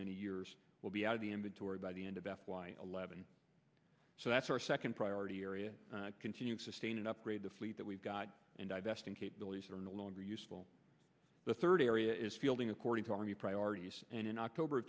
many years will be out of the inventory by the end of f y eleven that's our second priority area continue to sustain and upgrade the fleet that we've got and divesting capabilities are no longer useful the third area is fielding according to our new priorities and in october